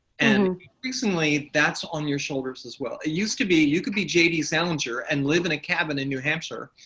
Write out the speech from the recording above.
and increasingly that's on your shoulders as well. it used to be you could be j d. salinger and live in a cabin in new hampshire,